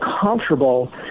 comfortable